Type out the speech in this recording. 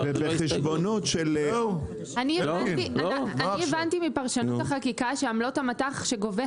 אני הבנתי מפרשנות החקיקה שעמלות שגובה